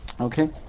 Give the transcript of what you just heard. Okay